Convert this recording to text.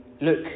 look